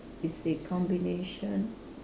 is a combination